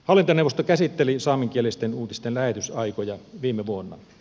hallintoneuvosto käsitteli saamenkielisten uutisten lähetysaikoja viime vuonna